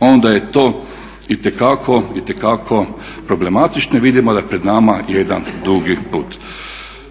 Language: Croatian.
onda je to itekako problematično i vidimo da je pred nama jedan dugi put.